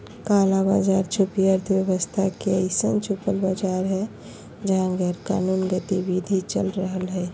काला बाज़ार छुपी अर्थव्यवस्था के अइसन छुपल बाज़ार हइ जहा गैरकानूनी गतिविधि चल रहलय